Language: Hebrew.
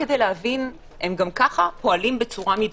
הם גם ככה פועלים בצורה מידתית.